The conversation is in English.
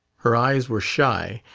her eyes were shy,